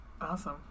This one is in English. Awesome